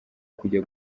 kujya